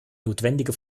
notwendige